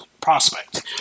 prospect